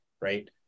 right